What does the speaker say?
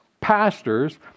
pastors